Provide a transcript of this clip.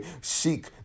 seek